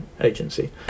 Agency